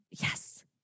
Yes